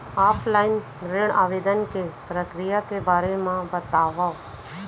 Offline ऋण आवेदन के प्रक्रिया के बारे म बतावव?